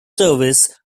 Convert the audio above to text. service